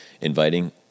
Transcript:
inviting